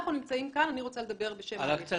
אני רוצה לדבר בשם המישור הציבורי.